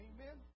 Amen